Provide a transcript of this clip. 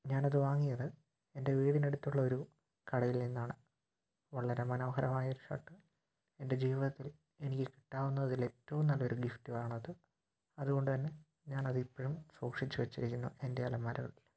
ഞാനത് വാങ്ങിയത് എന്റെ വീടിനടുത്തുള്ള ഒരു കടയിൽ നിന്നാണ് വളരെ മനോഹരമായ ഒരു ഷർട്ട് എന്റെ ജീവിതത്തിൽ എനിക്ക് കിട്ടാവുന്നതിലേറ്റവും നല്ലൊരു ഗിഫ്റ്റാണത് അതുകൊണ്ട് തന്നെ ഞാനതിപ്പോഴും സൂക്ഷിച്ച് വെച്ചേക്കുന്നു എന്റെ അലമാരയിൽ